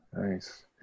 Nice